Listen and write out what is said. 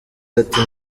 ati